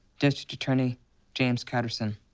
district attorney james catterson.